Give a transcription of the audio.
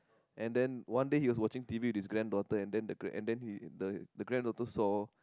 and then one day he was watching t_v with his granddaughter and then the grand~ the granddaughter saw